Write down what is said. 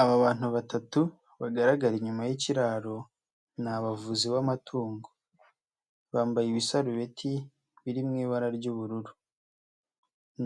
Aba bantu batatu bagaragara inyuma y'ikiraro, ni abavuzi b'amatungo. Bambaye ibisaru ibiti biri mu ibara ry'ubururu.